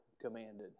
commanded